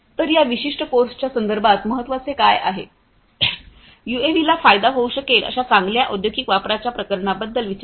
तर या विशिष्ट कोर्सच्या संदर्भात महत्त्वाचे काय आहे यूएव्हीला फायदा होऊ शकेल अशा चांगल्या औद्योगिक वापराच्या प्रकरणांबद्दल विचार करा